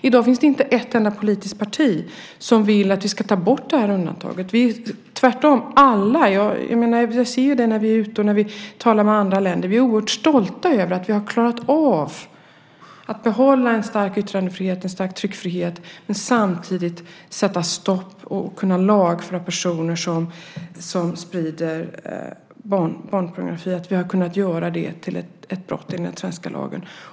I dag finns inte ett enda politiskt parti som vill att vi ska ta bort det undantaget. Tvärtom vill alla ha den kvar, vilket jag ser när vi är ute och talar med företrädare för andra länder. Vi är oerhört stolta över att vi klarat av att behålla en stark yttrandefrihet och en stark tryckfrihet samtidigt som vi kan lagföra personer som sprider barnpornografi. Vi har kunnat göra det till ett brott enligt den svenska lagen.